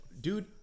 Dude